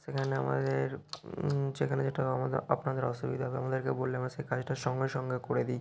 সেখানে আমাদের যেখানে যেটা আমাদের আপনাদের অসুবিধা হবে আমাদেরকে বললে আমরা সে কাজটা সঙ্গে সঙ্গে করে দিই